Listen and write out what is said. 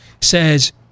says